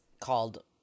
called